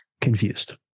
confused